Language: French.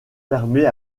permet